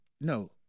No